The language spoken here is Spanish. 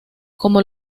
como